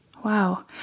Wow